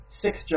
six